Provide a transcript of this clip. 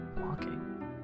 walking